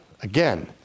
Again